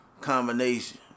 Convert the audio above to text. combination